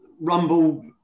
Rumble